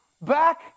Back